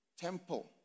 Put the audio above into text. temple